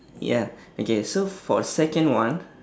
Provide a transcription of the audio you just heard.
ya okay so for second one